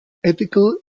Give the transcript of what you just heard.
ethical